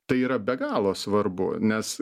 tai yra be galo svarbu nes